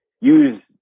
use